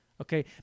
Okay